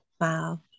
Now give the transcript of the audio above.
wow